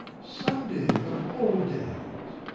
sunday of all days!